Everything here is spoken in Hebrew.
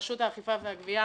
לרשות האכיפה והגבייה.